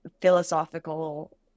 philosophical